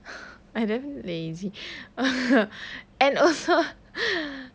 I damn lazy and also